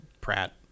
Pratt